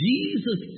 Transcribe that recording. Jesus